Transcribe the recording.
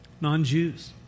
non-Jews